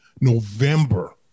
November